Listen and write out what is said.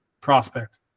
prospect